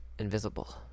Invisible